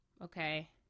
Okay